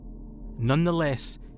Nonetheless